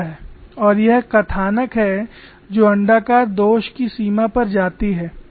और यह कथानक है जो अण्डाकार दोष की सीमा पर जाती है